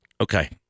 Okay